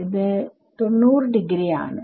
ഇത് 90 ഡിഗ്രി ആണ്